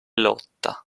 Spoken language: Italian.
lotta